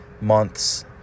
month's